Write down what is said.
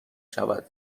شود